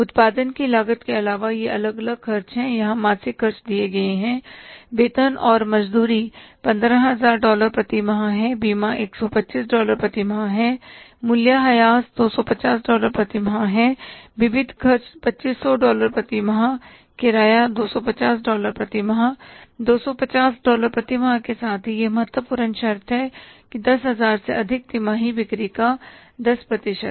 उत्पादन की लागत के अलावा ये अलग अलग खर्च हैं यहाँ मासिक खर्च दिए गए हैं वेतन और मजदूरी 15000 डॉलर प्रति माह हैं बीमा 125 डॉलर प्रति माह है मूल्यह्रास 250 डॉलर प्रति माह है विविध खर्च 2500 डॉलर प्रति महीने किराया 250 डॉलर प्रति माह 250 डॉलर प्रति माह के साथ ही यह बहुत महत्वपूर्ण शर्त है कि 10000 से अधिक तिमाही बिक्री का 10 प्रतिशत